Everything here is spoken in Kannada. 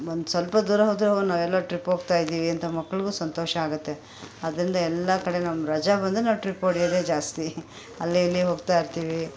ಒಂದ್ಸ್ವಲ್ಪ ದೂರ ಹೋದ್ರೂ ಓಹ್ ನಾವೆಲ್ಲೋ ಟ್ರಿಪ್ ಹೋಗ್ತಾಯಿದ್ದೀವಿ ಅಂತ ಮಕ್ಳಿಗೂ ಸಂತೋಷ ಆಗುತ್ತೆ ಆದ್ದರಿಂದ ಎಲ್ಲ ಕಡೆ ನಮ್ಮ ರಜೆ ಬಂದರೆ ನಾವು ಟ್ರಿಪ್ ಹೊಡೆಯೋದೆ ಜಾಸ್ತಿ ಅಲ್ಲಿ ಇಲ್ಲಿ ಹೋಗ್ತಾಯಿರ್ತೀವಿ